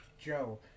Joe